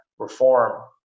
reform